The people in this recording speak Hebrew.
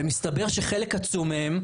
ומסתבר שפתאום חלק עצום מהם,